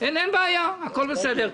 אין בעיה, הכול בסדר.